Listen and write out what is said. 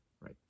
Right